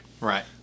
Right